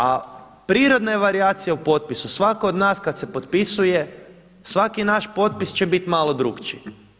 A prirodna je varijacija u potpisu, svako od nas kada se potpisuje, svaki naš potpis će biti malo drukčiji.